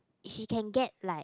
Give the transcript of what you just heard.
he can get like